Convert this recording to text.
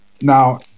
Now